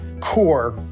core